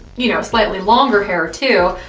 you know, slightly longer hair too,